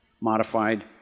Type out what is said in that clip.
modified